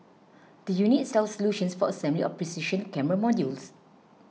the unit sells solutions for assembly of precision camera modules